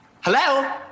Hello